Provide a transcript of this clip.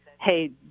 hey